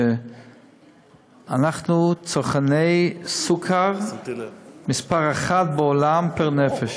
שאנחנו צרכני סוכר מספר אחת בעולם פר-נפש.